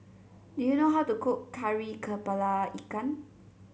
do you know how to cook Kari kepala Ikan